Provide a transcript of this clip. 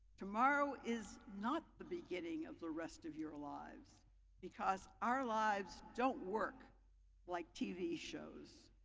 tomorrow is not the beginning of the rest of your lives because our lives don't work like tv shows.